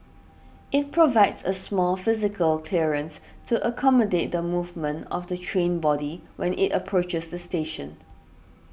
it provides a small physical clearance to accommodate the movement of the train body when it approaches the station